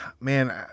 man